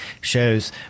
shows